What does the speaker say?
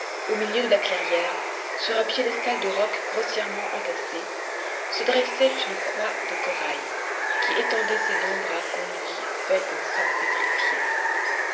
au milieu de la clairière sur un piédestal de rocs grossièrement entassés se dressait une croix de corail qui étendait ses longs bras qu'on eût dit faits d'un sang pétrifié